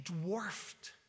dwarfed